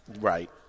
Right